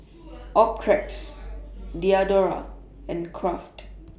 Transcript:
Optrex Diadora and Kraft